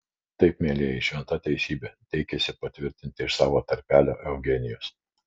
taip mielieji šventa teisybė teikėsi patvirtinti iš savo tarpelio eugenijus